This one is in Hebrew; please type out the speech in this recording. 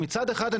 מצד אחד,